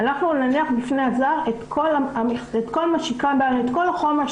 אנחנו נניח בפני השר את כל החומר שקיבלנו מהארגונים,